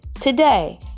today